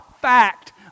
Fact